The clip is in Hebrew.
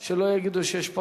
הממלכתיים,